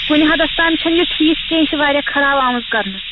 کُنہِ حدس تام چھَنہٕ یہِ ٹھیٖک کیٚنٛہہ یہِ چھِ واریاہ خراب آمٕژ کَرنہٕ